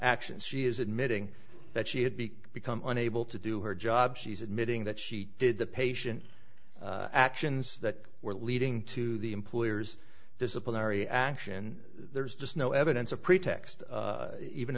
actions she is admitting that she had be become unable to do her job she's admitting that she did the patient actions that were leading to the employer's disciplinary action there's just no evidence of pretext even